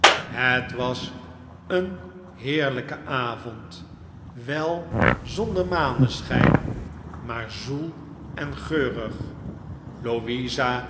het was een heerlijke avond mevrouw sparsit tracht mijnheer bounderby op te vroolijken wel zonder maneschijn maar zoel en geurig